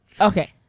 Okay